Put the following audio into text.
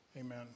Amen